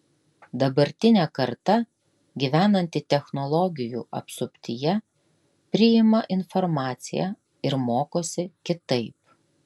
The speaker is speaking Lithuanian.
dabartinė karta gyvenanti technologijų apsuptyje priima informaciją ir mokosi kitaip